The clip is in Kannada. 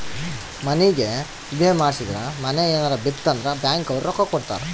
ಮನಿಗೇ ವಿಮೆ ಮಾಡ್ಸಿದ್ರ ಮನೇ ಯೆನರ ಬಿತ್ ಅಂದ್ರ ಬ್ಯಾಂಕ್ ಅವ್ರು ರೊಕ್ಕ ಕೋಡತರಾ